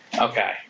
Okay